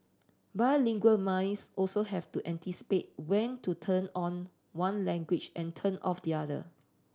bilingual minds also have to anticipate when to turn on one language and turn off the other